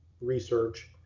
research